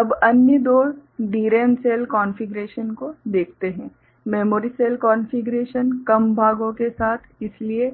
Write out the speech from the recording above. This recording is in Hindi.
अब अन्य दो DRAM सेल कॉन्फ़िगरेशन को देखते हैं मेमोरी सेल कॉन्फ़िगरेशन कम भागों के साथ इसलिए